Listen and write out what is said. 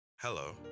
Hello